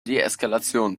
deeskalation